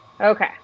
Okay